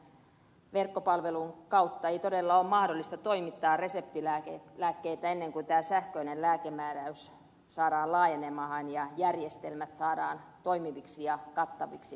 eli tämän verkkopalvelun kautta ei todella ole mahdollista toimittaa reseptilääkkeitä ennen kuin tämä sähköinen lääkemääräys saadaan laajenemaan ja järjestelmät saadaan toimiviksi ja kattaviksi